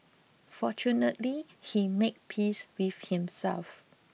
fortunately he made peace with himself